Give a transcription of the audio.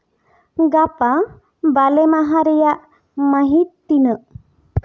ᱜᱟᱯᱟ ᱵᱟᱞᱮ ᱢᱟᱦᱟ ᱨᱮᱭᱟᱜ ᱢᱟᱹᱦᱤᱛ ᱛᱤᱱᱟᱹᱜ